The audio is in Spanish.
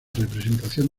representación